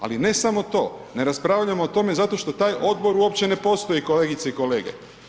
Ali, ne samo to, ne raspravljamo o tome zato što taj Odbor uopće ne postoji, kolegice i kolege.